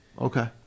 Okay